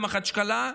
במחצ'קלה,